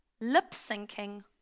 lip-syncing